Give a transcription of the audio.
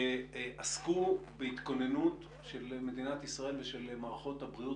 שעסקו בהתכוננות של מדינת ישראל ושל מערכות הבריאות